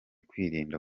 kwirinda